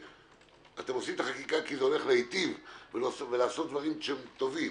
אתם עושים את החקיקה כדי לעשות דברים טובים.